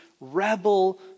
rebel